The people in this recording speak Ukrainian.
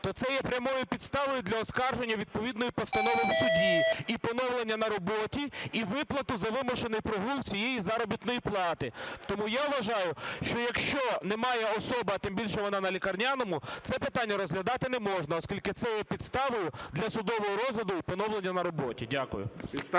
то це є прямою підставою для оскарження відповідної постанови в суді і поновлення на роботі і виплати за вимушений прогул всієї заробітної плати. Тому я вважаю, що якщо немає особи, а тим більше вона на лікарняному, це питання розглядати не можна, оскільки це є підставою для судового розгляду і поновлення на роботі. Дякую.